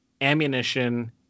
ammunition